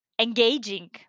engaging